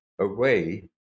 away